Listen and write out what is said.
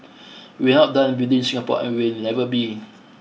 we are not done building Singapore and we will never be